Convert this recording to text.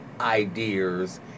ideas